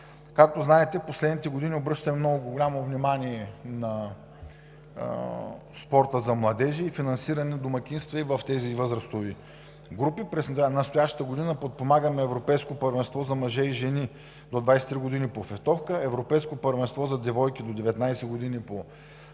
Както знаете, в последните години обръщаме много голямо внимание на спорта за младежи и финансираме домакинства и в тези възрастови групи. През настоящата година подпомагаме Европейско първенство за мъже и жени до 23 години по фехтовка, Европейско първенство за девойки до 19 години по хандбал,